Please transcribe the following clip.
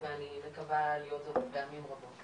ואני מקווה להיות פה פעמים רבות.